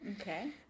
Okay